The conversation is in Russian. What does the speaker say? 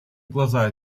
глаза